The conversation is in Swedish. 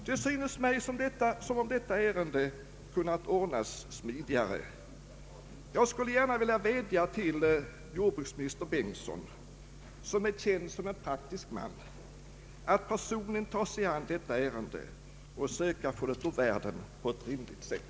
Det synes mig som om detta ärende kunnat ordnas smidigare. Jag skulle gärna vilja vädja till jordbruksminister Bengtsson — som är känd som en praktisk man — att personligen ta sig an detta ärende och söka få det ur världen på ett rimligt sätt.